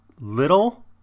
little